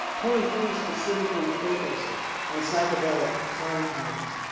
twenty three specifically focused on psychedelic compounds.